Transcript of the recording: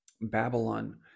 Babylon